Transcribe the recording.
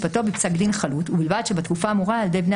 עד לסיום משפטו בפסק דין חלוט ובלבד שבתקופה האמורה ילדי בני